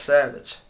Savage